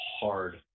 hard